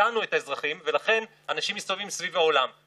הפרויקט יעבור להיות באחריותן של הרשויות המקומיות למשך שלוש שנים,